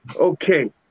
okay